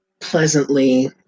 pleasantly